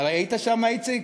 היית שם, איציק?